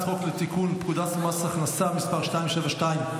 חוק לתיקון פקודת מס הכנסה (מס' 272),